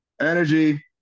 energy